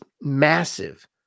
massive